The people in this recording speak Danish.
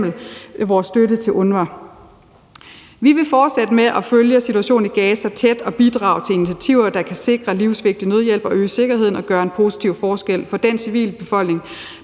f.eks. vores støtte til UNRWA. Vi vil fortsætte med at følge situationen i Gaza tæt og bidrage til initiativer, der kan sikre livsvigtig nødhjælp og øge sikkerheden og gøre en positiv forskel for den civilbefolkning,